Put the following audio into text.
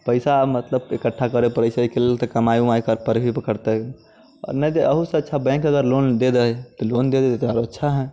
पैसा मतलब इकट्ठा करै पड़ैत छै एहिके लेल तऽ कमाइ ओमाइ करैके ही पड़तै नहि तऽ ओहो से अच्छा बैंक अगर लोन दे दय तऽ लोन दे देतय तऽ आओर अच्छा हइ